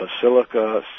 basilica